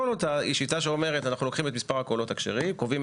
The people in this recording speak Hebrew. לקחת את הקולות הכשרים ולחלק אותם.